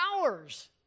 hours